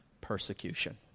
persecution